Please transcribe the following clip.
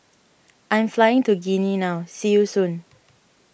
I am flying to Guinea now see you soon